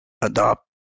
adopt